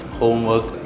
homework